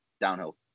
downhill